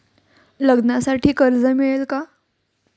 लग्नासाठी कर्ज मिळेल का?